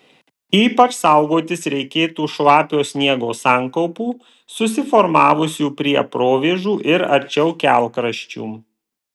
ypač saugotis reikėtų šlapio sniego sankaupų susiformavusių prie provėžų ir arčiau kelkraščių